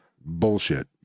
Bullshit